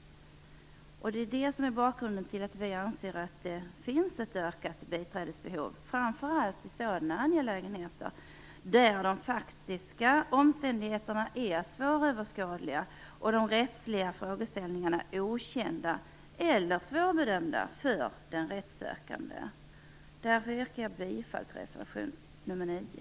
Det är bakgrunden till att vi anser att det finns ett ökat biträdesbehov, framför allt i sådana angelägenheter där de faktiska omständigheterna är svåröverskådliga och de rättsliga frågeställningarna okända eller svårbedömbara för den rättssökande. Därför yrkar jag bifall till reservation nr 9.